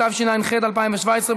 התשע"ח 2017,